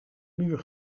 muur